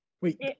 wait